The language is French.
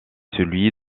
celui